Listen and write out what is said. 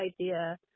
idea